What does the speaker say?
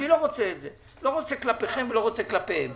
לא רוצה אתת זה, לא כלפי אף אחד.